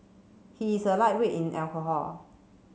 he is a lightweight in alcohol